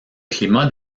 climat